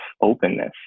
openness